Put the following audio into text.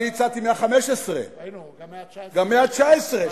אני הצעתי 115. גם 119. גם 119,